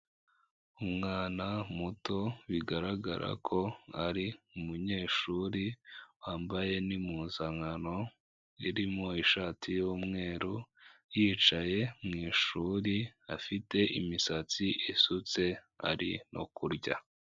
Umwana muto bigaragara ko ari umunyeshuri wambaye n'impuzankano irimo ishati y'umweru yicaye mu ishuri afite imisatsi isutse ari no kurya.